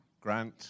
Grant